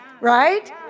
right